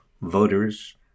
voters